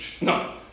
no